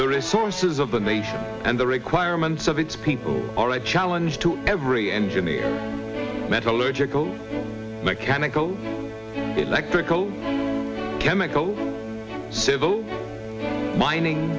the resources of the nation and the requirements of its people are a challenge to every engineer metallurgical mechanical electrical chemical civil mining